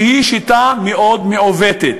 שהיא שיטה מאוד מעוותת.